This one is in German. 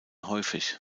häufig